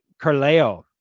Carleo